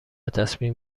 تصمیم